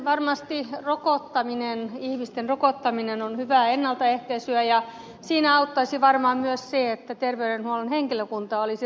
varmasti ihmisten rokottaminen on hyvää ennaltaehkäisyä ja siinä auttaisi varmaan myös se että terveydenhuollon henkilökuntaa olisi riittävästi